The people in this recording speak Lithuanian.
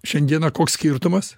šiandieną koks skirtumas